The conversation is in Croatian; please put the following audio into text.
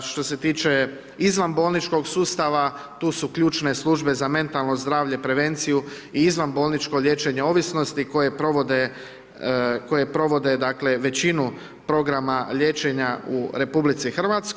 Što se tiče izvanbolničkog sustava, tu su ključne službe za mentalno zdravlje, prevenciju i izvanbolničko liječenje ovisnosti, koje provode većinu programa liječenja u RH.